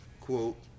quote